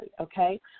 okay